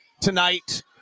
tonight